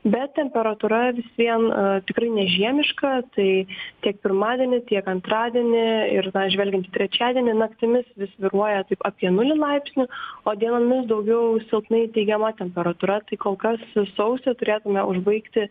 bet temperatūra vis vien tikrai nežiemiška tai tiek pirmadienį tiek antradienį ir žvelgiant į trečiadienį naktimis vis svyruoja taip apie nulį laipsnių o dienomis daugiau silpnai teigiama temperatūra tai kol kas su sausį turėtume užbaigti